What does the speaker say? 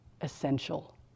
essential